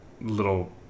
little